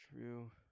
true